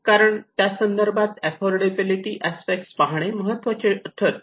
कारण त्यासंदर्भातील affordability aspect पाहणे महत्त्वाचे ठरते